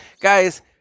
guys